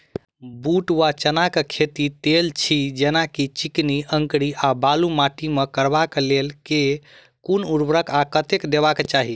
बूट वा चना केँ खेती, तेल छी जेना की चिकनी, अंकरी आ बालू माटि मे करबाक लेल केँ कुन उर्वरक आ कतेक देबाक चाहि?